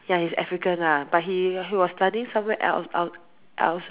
ya he is African lah but he he was studying somewhere else outside